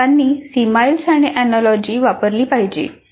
शिक्षकांनी सिमाईल्स आणि एनोलॉजीज वापरली पाहिजेत